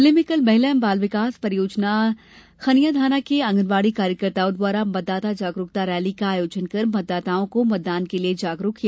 जिले में कल महिला एवं बाल विकास परियोजना खनियां धाना के आंगनवाड़ी कार्यकर्ताओं द्वारा मतदाता जागरूकता रैली का आयोजन कर मतदाताओं को मतदान के लिए जागरूक किया